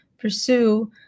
pursue